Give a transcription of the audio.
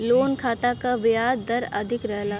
loan खाता क ब्याज दर अधिक रहला